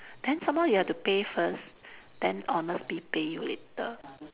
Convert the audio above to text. then some more you have to pay first then honestbee pay you later